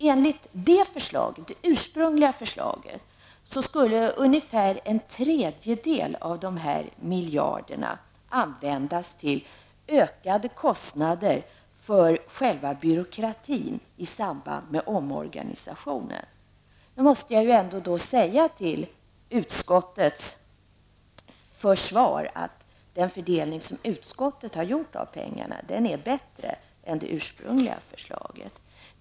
Enligt det ursprungliga förslaget skulle ungefär en tredjedel av miljarderna användas för att bestrida ökade kostnader för själva byråkratin i samband med omorganisationen. Nu måste jag ändå säga till utskottets försvar att den fördelning som utskottet har gjort är bättre än fördelningen enligt det ursprungliga förslaget.